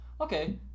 okay